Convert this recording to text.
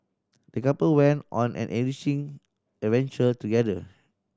the couple went on an enriching adventure together